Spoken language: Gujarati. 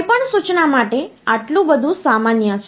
કોઈપણ સૂચના માટે આટલું બધું સામાન્ય છે